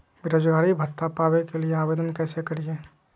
बेरोजगारी भत्ता पावे के लिए आवेदन कैसे करियय?